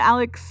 Alex